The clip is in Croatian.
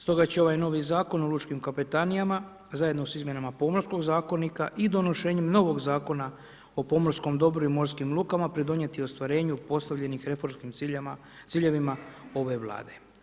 Stoga će ovaj novi Zakon o lučkim kapetanijama zajedno sa izmjenama Pomorskog zakonika i donošenjem novog Zakona o pomorskom dobru i morskim lukama pridonijeti ostvarenju postavljenim reformskim ciljevima ove Vlade.